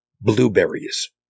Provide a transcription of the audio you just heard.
Blueberries